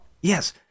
Yes